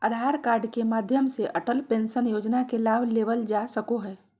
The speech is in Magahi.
आधार कार्ड के माध्यम से अटल पेंशन योजना के लाभ लेवल जा सको हय